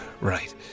right